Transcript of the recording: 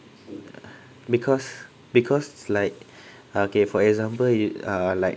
because because like okay for example you uh like